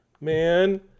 man